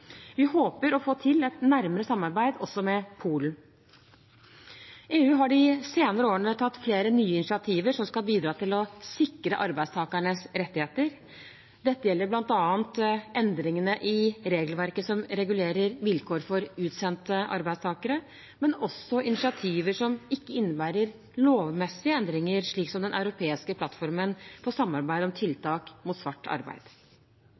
Vi håper å få til et nærmere samarbeid også med Polen. EU har de senere årene tatt flere nye initiativer som skal bidra til å sikre arbeidstakernes rettigheter. Dette gjelder bl.a. endringer i regelverket som regulerer vilkår for utsendte arbeidstakere, men også initiativer som ikke innebærer lovmessige endringer, slik som den europeiske plattformen for samarbeid om tiltak mot svart arbeid.